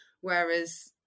Whereas